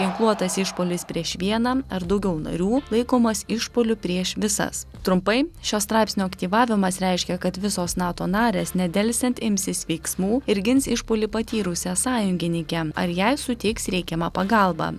ginkluotas išpuolis prieš vieną ar daugiau narių laikomas išpuoliu prieš visas trumpai šio straipsnio aktyvavimas reiškia kad visos nato narės nedelsiant imsis veiksmų ir gins išpuolį patyrusią sąjungininkę ar jai suteiks reikiamą pagalbą